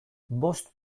bost